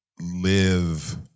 live